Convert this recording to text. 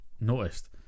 noticed